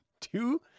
Two